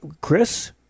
Chris